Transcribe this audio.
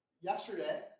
yesterday